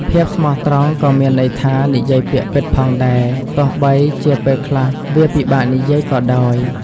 ភាពស្មោះត្រង់ក៏មានន័យថានិយាយពាក្យពិតផងដែរ ទោះបីជាពេលខ្លះវាពិបាកនិយាយក៏ដោយ។